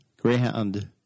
Greyhound